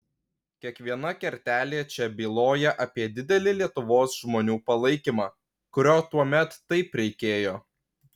kiekviena kertelė čia byloja apie didelį lietuvos žmonių palaikymą kurio tuomet taip reikėjo